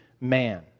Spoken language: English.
man